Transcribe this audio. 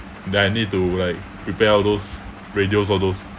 then I need to like prepare all those radios all those